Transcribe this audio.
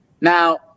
Now